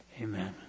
amen